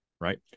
right